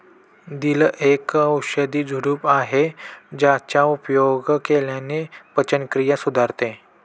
दिल एक औषधी झुडूप आहे ज्याचा उपयोग केल्याने पचनक्रिया सुधारते